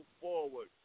forward